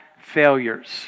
failures